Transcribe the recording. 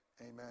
Amen